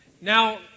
Now